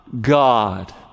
God